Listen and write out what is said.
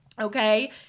okay